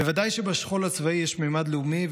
בוודאי שבשכול הצבאי יש ממד לאומי,